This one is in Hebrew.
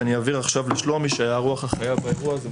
אני אעביר עכשיו לשלומי שהיה הרוח החיה באירוע הזה,